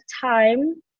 time